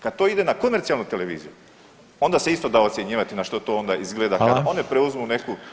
Kad to ide na komercijalnoj televiziji onda se isto da ocjenjivati na što to onda izgleda kad one [[Upadica Reiner: Hvala.]] preuzmu neku